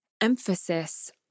emphasis